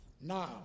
now